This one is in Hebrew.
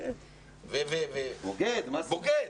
בוגד.